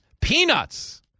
peanuts